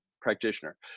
practitioner